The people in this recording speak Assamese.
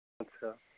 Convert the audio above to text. আচ্ছা